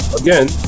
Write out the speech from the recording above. again